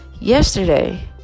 yesterday